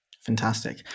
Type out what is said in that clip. fantastic